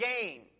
gain